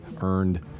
earned